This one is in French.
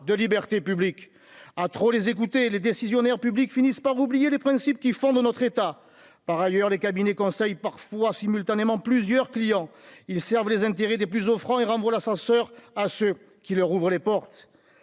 de libertés publiques à trop les écouter les décisionnaires publics finissent par oublier les principes qui fondent notre état par ailleurs les cabinets conseils parfois simultanément plusieurs clients ils Servent les intérêts des plus offrant et renvoie l'ascenseur à ceux qui leur ouvrent les portes